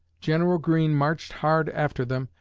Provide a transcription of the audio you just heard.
general greene marched hard after them,